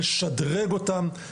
לשדרג אותם,